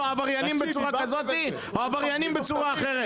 עבריינים בצורה כזאת או עבריינים בצורה אחרת.